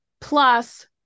plus